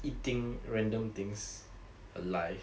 eating random things alive